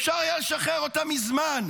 אפשר היה לשחרר אותם מזמן.